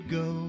go